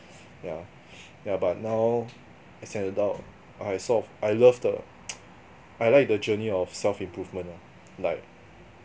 yeah yeah but now as an adult I sort of I love the I like the journey of self improvement lah like